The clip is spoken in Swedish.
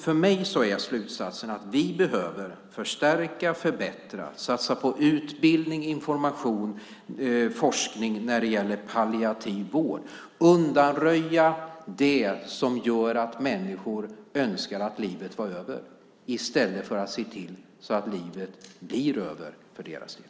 För mig är slutsatsen att vi behöver förstärka och förbättra, satsa på utbildning, information och forskning när det gäller palliativ vård för att undanröja det som gör att människor önskar att livet var över, i stället för att se till att livet blir över för deras del.